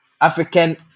african